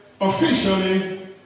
officially